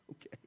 Okay